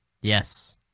Yes